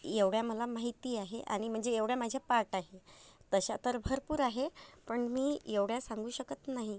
एवढ्या मला माहिती आहे आणि म्हणजे एवढ्या माझ्या पाठ आहे तशा तर भरपूर आहे पण मी एवढ्या सांगू शकत नाही